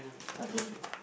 okay